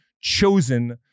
chosen